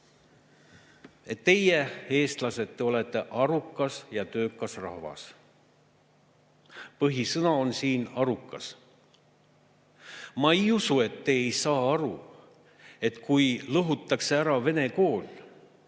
et teie, eestlased, olete arukas ja töökas rahvas. Põhisõna on siin "arukas". Ma ei usu, et te [arvate], et kui lõhutakse ära vene kool,